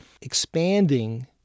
expanding